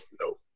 No